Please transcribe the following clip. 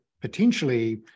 potentially